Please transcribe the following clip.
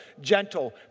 gentle